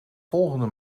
volgende